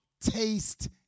taste